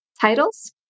titles